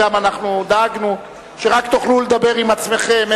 דאגנו שרק תוכלו לדבר עם עצמכם,